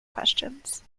questions